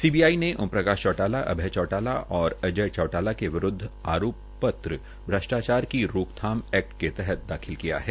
CBI ने ओम प्रकाश चौटाला अभय चौटाला और अजय चौटाला के विरूद्व आरोप पत्र श्र्षष्ट्र्चार की रोकथाम एक्ट के तहत दाखिल किया है